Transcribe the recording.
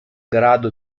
grado